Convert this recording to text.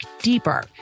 deeper